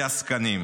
לעסקנים.